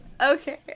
Okay